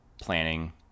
planning